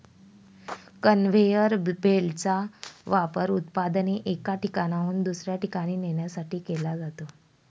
conveyor बेल्टचा वापर उत्पादने एका ठिकाणाहून दुसऱ्या ठिकाणी नेण्यासाठी केला जातो